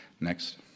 Next